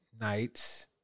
nights